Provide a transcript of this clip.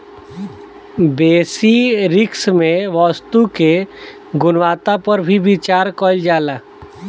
बेसि रिस्क में वस्तु के गुणवत्ता पर भी विचार कईल जाला